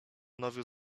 nowiu